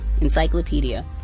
encyclopedia